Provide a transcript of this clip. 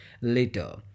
later